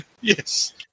Yes